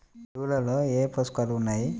ఎరువులలో ఏ పోషకాలు ఉన్నాయి?